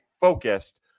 focused